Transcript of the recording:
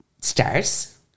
stars